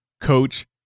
coach